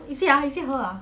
is it ah is it her ah